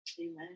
Amen